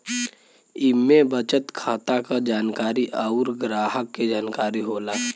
इम्मे बचत खाता क जानकारी अउर ग्राहक के जानकारी होला